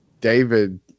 David